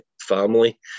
family